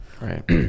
right